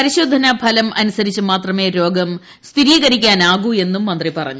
പരിശോധനാഫലം അനുസരിച്ച് മാത്രമേ രോഗം സ്ഥിരീകരിക്കാനാകൂ എന്നും മന്ത്രി പറഞ്ഞു